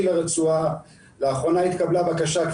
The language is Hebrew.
לרצועה לאחרונה התקבלה בקשה בנושא במשרד הביטחון,